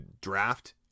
draft